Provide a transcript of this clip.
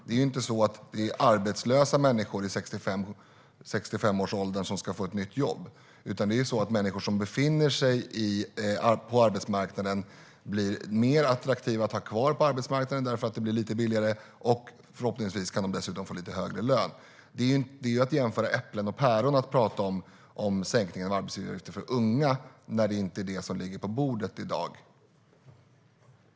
Det är ju inte så att det är arbetslösa människor i 65-årsåldern som ska få ett nytt jobb, utan det handlar om att människor som befinner sig på arbetsmarknaden blir mer attraktiva att ha kvar på arbetsmarknaden därför att det blir lite billigare. Förhoppningsvis kan de dessutom få lite högre lön. Det är som att jämföra äpplen och päron att prata om sänkningen av arbetsgivaravgiften för unga när det inte är det som ligger på bordet i dag.